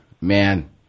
man